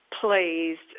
pleased